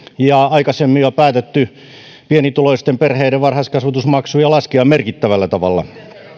ja aikaisemmin jo päättäneet pienituloisten perheiden varhaiskasvatusmaksuja laskea merkittävällä tavalla